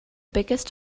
biggest